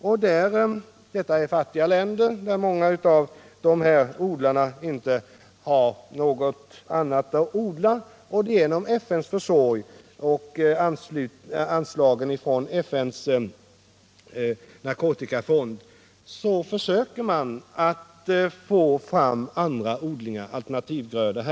Dessa länder är fattiga, och många odlare där har inte någonting annat att odla, men genom FN:s försorg och genom an att bekämpa narkotikamissbruket slagen från FN:s narkotikafond försöker man nu få fram alternativgrödor.